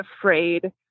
afraid